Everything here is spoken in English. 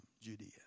Judea